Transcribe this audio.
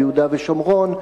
ביהודה ושומרון,